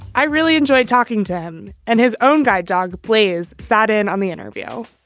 i really enjoy talking to him and his own guide dog players sat in on the interview